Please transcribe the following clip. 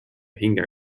hinge